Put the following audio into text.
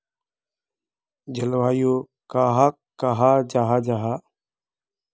जलवायु कहाक कहाँ जाहा जाहा?